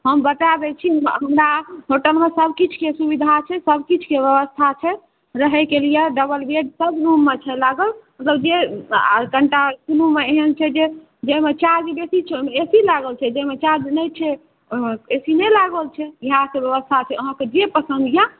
हम बता दैत छी हमरा होटलमे सभकिछु के सुविधा छै सभकिछु के व्यवस्था छै रहैके लिए डबल बेड सभरूममे छै लागल मतलब जे आओर कनिटा कोनोमे एहन छै जे जाहिमे चार्ज बेसी छै ओहिमे ए सी लागल छै जाहिमे चार्ज नहि छै ओहिमे ए सी नहि लागल छै इएहसभ व्यवस्था छै अहाँकेँ जे पसन्द यए